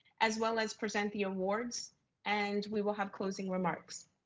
as well as present the awards and we will have closing remarks.